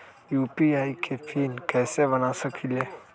UPI के PIN कैसे बना सकीले?